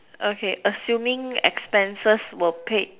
okay assuming expenses were paid